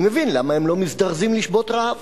אני מבין למה הם לא מזדרזים לשבות רעב.